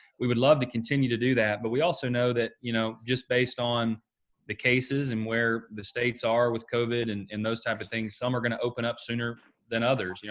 we would love to continue to do that. but we also know that, you know, just based on the cases and where the states are with covid and and those type of things, some are going to open up sooner than others. you know,